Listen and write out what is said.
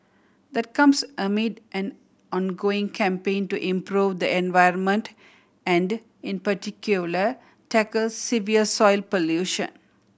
that comes amid an ongoing campaign to improve the environment and in particular tackle severe soil pollution